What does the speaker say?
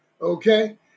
okay